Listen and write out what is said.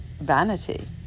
vanity